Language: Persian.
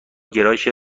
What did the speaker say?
گرایش